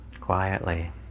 quietly